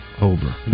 Over